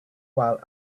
while